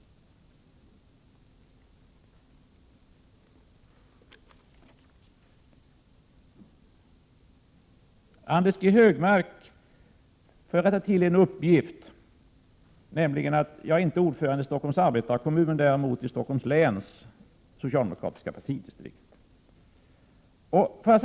Till Anders G Högmark: Jag vill först rätta en uppgift. Jag är inte ordförande i Stockholms arbetarekommun — däremot i Stockholms läns socialdemokratiska partidistrikt.